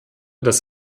dass